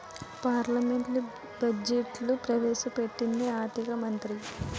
పార్లమెంట్లో బడ్జెట్ను ప్రవేశ పెట్టేది ఆర్థిక మంత్రి